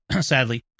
sadly